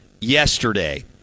yesterday